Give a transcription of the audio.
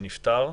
שנפטר,